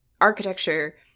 architecture